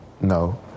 no